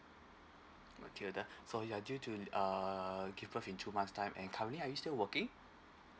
matheder so ya due to err give birth in two months time and currently are you still working